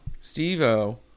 Steve-O